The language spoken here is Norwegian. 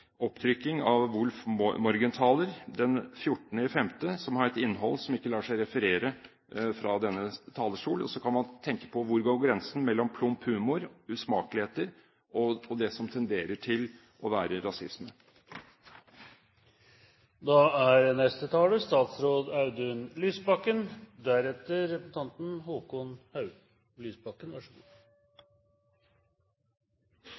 av Wulffmorgenthaler den 14. mai, som har et innhold som ikke lar seg referere fra denne talerstol. Og så kan man tenke på: Hvor går grensen mellom plump humor, usmakeligheter og det som tenderer til å være